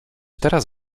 teraz